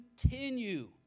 Continue